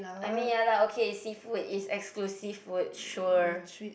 I mean ya lah okay seafood is exclusive food sure